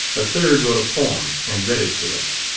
a third wrote a poem and read it to us.